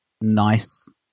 nice